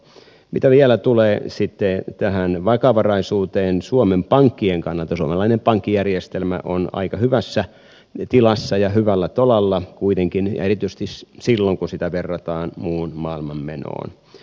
mitä vielä tulee sitten tähän vakavaraisuuteen suomen pankkien kannalta suomalainen pankkijärjestelmä on aika hyvässä tilassa ja hyvällä tolalla kuitenkin ja erityisesti silloin kun sitä verrataan muun maailman menoon